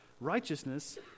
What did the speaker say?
righteousness